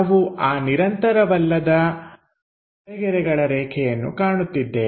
ನಾವು ಆ ನಿರಂತರವಲ್ಲದ ಅಡ್ಡಗೆರೆಗಳ ರೇಖೆಯನ್ನು ಕಾಣುತ್ತಿದ್ದೇವೆ